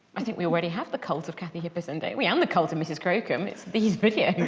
i think we already have the cult of kathy hipperson don't we? and the cult of mrs crocombe. it's these videos!